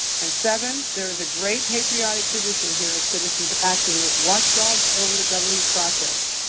and seven, there is a great patriotic tradition here of citizens acting as watch dogs over the government process.